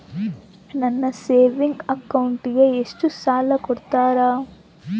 ನನ್ನ ಸೇವಿಂಗ್ ಅಕೌಂಟಿಗೆ ಎಷ್ಟು ಸಾಲ ಕೊಡ್ತಾರ?